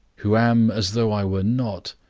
who am as though i were not,